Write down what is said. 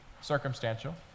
circumstantial